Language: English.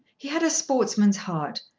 he had a sportsman's heart,